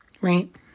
right